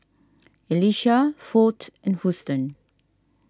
Elisha ford and Houston